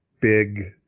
big